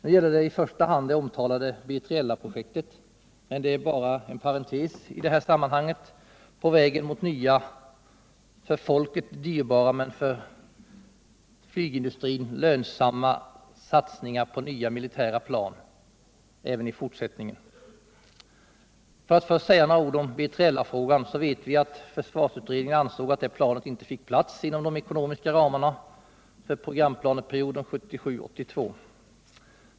Nu gäller det i första hand det omtalade B3LA-projektet, men det är bara en parentes i det här sammanhanget på vägen mot för folket dyrbara men för flygindustrin lönsamma satsningar på nya militära plan. Låt mig först säga några ord om B3LA-frågan. Vi vet att försvarsutredningen ansåg att det planet inte fick plats inom de ekonomiska ramarna för programplaneperioden 1977-1982.